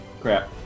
crap